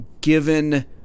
given